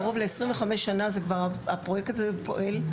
קרוב ל-25 שנה הפרויקט הזה כבר פועל.